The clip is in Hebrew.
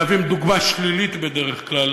מהווים דוגמה שלילית בדרך כלל